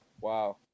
Wow